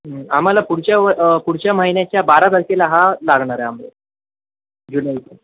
आम्हाला पुढच्या व पुढच्या महिन्याच्या बारा तारखेला हा लागणार आहे आमरस जुलैच्या